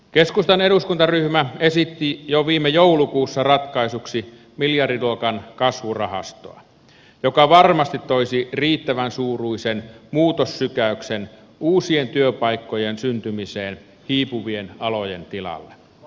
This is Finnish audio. keskustan eduskuntaryhmä esitti jo viime joulukuussa ratkaisuksi miljardiluokan kasvurahastoa joka varmasti toisi riittävän suuruisen muutossykäyksen uusien työpaikkojen syntymiseen hiipuvien alojen tilalle